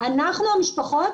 אנחנו המשפחות